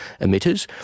emitters